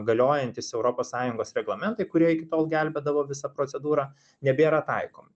galiojantys europos sąjungos reglamentai kurie iki tol gelbėdavo visą procedūrą nebėra taikomi